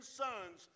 sons